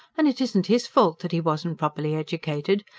and it isn't his fault that he wasn't properly educated.